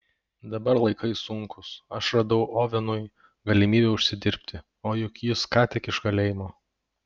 dabar laikai sunkūs aš radau ovenui galimybę užsidirbti o juk jis ką tik iš kalėjimo